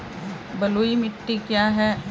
बलुई मिट्टी क्या है?